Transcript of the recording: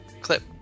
Clip